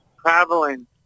traveling